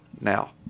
Now